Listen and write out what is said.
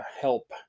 help